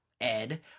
ed